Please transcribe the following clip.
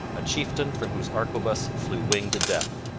a chieftain from whose arquebus flew winged death.